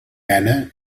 gana